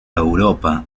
europa